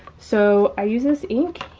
so i use this ink,